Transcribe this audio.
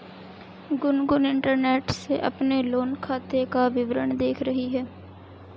Gungun internet से अपने loan खाते का विवरण देख रही थी